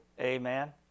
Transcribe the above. Amen